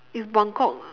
it's buangkok